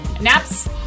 Naps